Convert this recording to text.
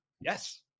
yes